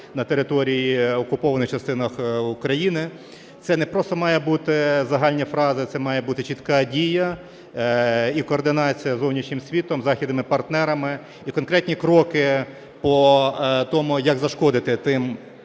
на території окупованих частин України. Це не просто мають бути загальні фрази, це має бути чітка дія і координація із зовнішнім світом, західними партнерами і конкретні кроки по тому як зашкодити тим